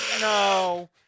no